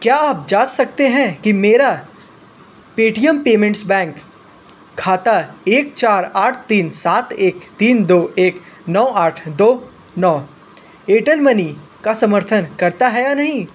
क्या आप जाँच सकते हैं कि मेरा पेटीएम पेमेंट्स बैंक खाता एक चार आठ तीन सात एक तीन दो एक नौ आठ दो नौ एयरटेल मनी का समर्थन करता है या नहीं